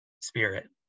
spirit